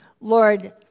Lord